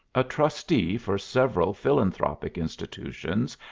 a trustee for several philanthropic institutions,